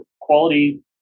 quality